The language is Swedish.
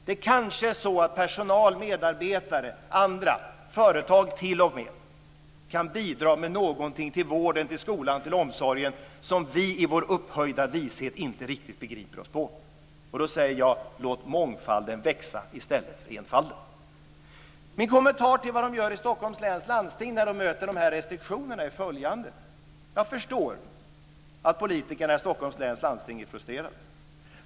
Det kanske är så att personal, medarbetare och andra - t.o.m. företag - kan bidra med någonting till vården, till skolan och till omsorgen som vi i vår upphöjda vishet inte riktigt begriper oss på. Då säger jag så här: Låt mångfalden växa i stället för enfalden. Min kommentar till vad de gör i Stockholms läns landsting när de möter dessa restriktioner är följande: Jag förstår att politikerna i Stockholms läns landsting är frustrerade.